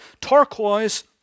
turquoise